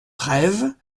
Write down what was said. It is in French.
treyve